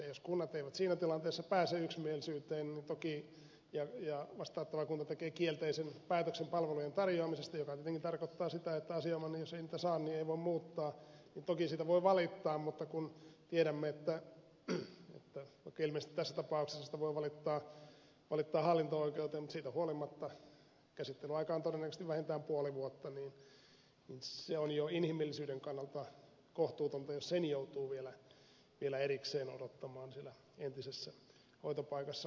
jos kunnat eivät siinä tilanteessa pääse yksimielisyyteen ja vastaanottava kunta tekee kielteisen päätöksen palvelujen tarjoamisesta mikä tietenkin tarkoittaa sitä että jos asianomainen ei niitä saa niin ei voi muuttaa niin toki siitä voi valittaa mutta tiedämme että vaikka ilmeisesti tässä tapauksessa voi valittaa hallinto oikeuteen niin siitä huolimatta käsittelyaika on todennäköisesti vähintään puoli vuotta ja se on jo inhimillisyyden kannalta kohtuutonta jos sen joutuu vielä erikseen odottamaan siellä entisessä hoitopaikassa